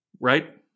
Right